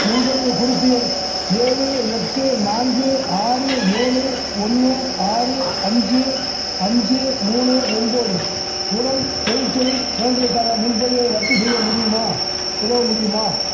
முன்பதிவு குறிப்பு எண் ஏழு எட்டு நான்கு ஆறு ஏழு ஒன்று ஆறு அஞ்சு அஞ்சு மூணு ஒம்பது உடன் தொழில்துறை சான்றிதழுக்கான முன்பதிவை ரத்து செய்ய முடியுமா உதவ முடியுமா